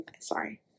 Sorry